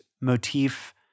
motif